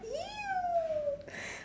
!eww!